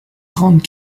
grande